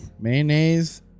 Mayonnaise